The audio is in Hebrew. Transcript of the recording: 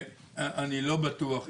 אני לא בטוח,